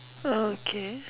oh okay